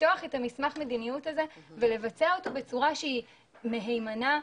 לפתוח את מסמך המדיניות הזה ולבצע אותו בצורה שהיא מהימנה,